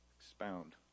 expound